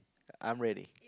I'm ready